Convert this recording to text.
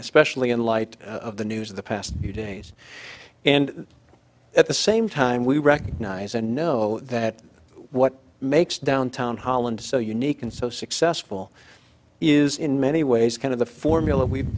especially in light of the news of the past few days and at the same time we recognize and know that what makes downtown holland so unique and so successful is in many ways kind of the formula we've